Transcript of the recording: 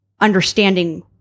understanding